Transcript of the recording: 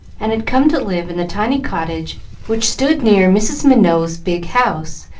and had come to live in the tiny cottage which stood near mrs. minot's big house,